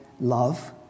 love